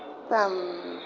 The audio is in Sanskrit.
तम्